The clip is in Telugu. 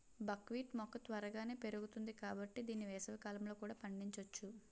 బక్ వీట్ మొక్క త్వరగానే పెరుగుతుంది కాబట్టి దీన్ని వేసవికాలంలో కూడా పండించొచ్చు